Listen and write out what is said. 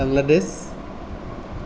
Bangladesh